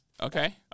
Okay